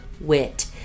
wit